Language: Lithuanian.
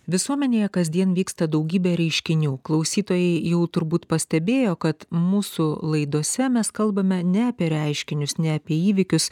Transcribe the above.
visuomenėje kasdien vyksta daugybė reiškinių klausytojai jau turbūt pastebėjo kad mūsų laidose mes kalbame ne apie reiškinius ne apie įvykius